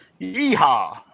Yeehaw